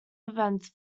events